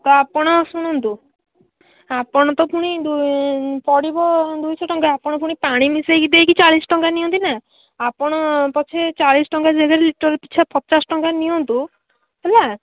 ତ ଆପଣ ଶୁଣନ୍ତୁ ଆପଣ ତ ଫୁଣି ପଡ଼ିବ ଦୁଇଶହ ଟଙ୍କା ଆପଣ ଫୁଣି ପାଣି ମିଶେଇକି ଦେଇକି ଚାଳିଶ୍ ଟଙ୍କା ନିଅନ୍ତି ନା ଆପଣ ପଛେ ଚାଳିଶ୍ ଟଙ୍କା ଜାଗାରେ ଲିଟର୍ ପିଛା ପଚାଶ୍ ଟଙ୍କା ନିଅନ୍ତୁ ହେଲା